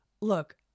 Look